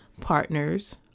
partners